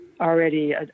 already